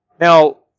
Now